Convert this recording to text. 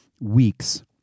weeks